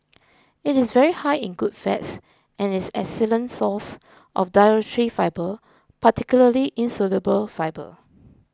it is very high in good fats and is an excellent source of dietary fibre particularly insoluble fibre